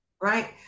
right